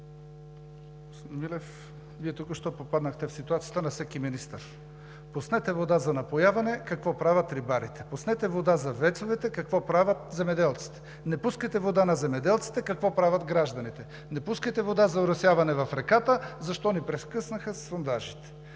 Вие току-що попаднахте в ситуацията на всеки министър: пуснете вода за напояване – какво правят рибарите, пуснете вода за ВЕЦ-овете – какво правят земеделците, не пускайте вода на земеделците – какво правят гражданите, не пускайте вода за оросяване в реката – защо ни прекъснаха сондажите.